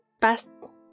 best